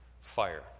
Fire